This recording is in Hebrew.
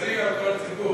מרכזי על כל הציבור.